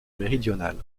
méridionale